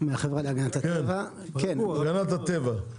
כן, הגנת הטבע.